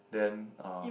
then uh